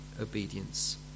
obedience